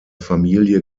familie